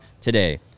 today